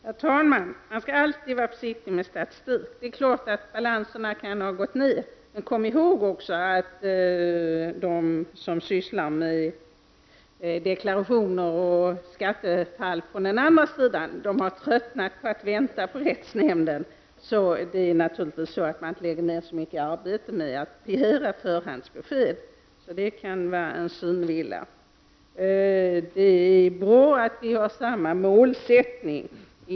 Herr talman! Man skall alltid vara försiktig med statistik. Det är klart att balanserna kan ha gått ned. Men kom också ihåg att de som från den andra sidan sysslar med deklarationer och skattefall har tröttnat på att vänta på rättsnämnden. Det är naturligtvis så att man inte längre lägger ned så mycket arbete på att begära förhandsbesked. Nedgången i balansen kan alltså vara en synvilla. Det är bra att vi har samma målsättning.